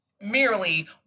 merely